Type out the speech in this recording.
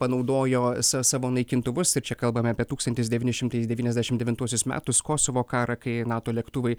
panaudojo sa savo naikintuvus ir čia kalbame apie tūkstantis devyni šimtai devyniasdešim devintuosius metus kosovo karą kai nato lėktuvai